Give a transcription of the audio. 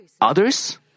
Others